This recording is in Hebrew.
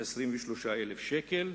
23,000 שקל,